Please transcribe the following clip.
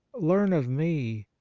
learn of me,